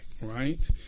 Right